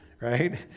Right